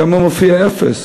מופיע שם אפס.